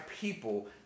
people